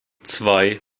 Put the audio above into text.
zwei